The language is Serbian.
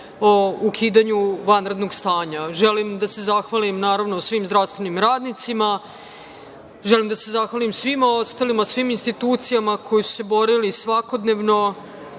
o ukidanju vanrednog stanja. Želim da se zahvalim svim zdravstvenim radnicima, želim da se zahvalim svima ostalima, svim institucijama koji su se borili svakodnevno